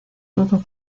todo